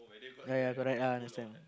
ya ya correct I understand